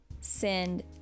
send